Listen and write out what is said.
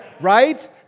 Right